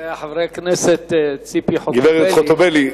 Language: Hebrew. וחברת הכנסת ציפי חוטובלי,